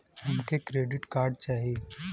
हमके credit card चाही